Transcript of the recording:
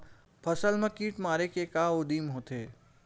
फसल मा कीट मारे के का उदिम होथे?